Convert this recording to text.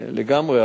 לגמרי,